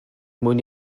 mwyn